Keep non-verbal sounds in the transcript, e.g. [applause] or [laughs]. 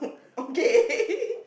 okay [laughs]